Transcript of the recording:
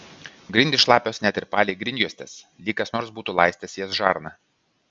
grindys šlapios net ir palei grindjuostes lyg kas nors būtų laistęs jas žarna